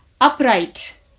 upright